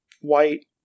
white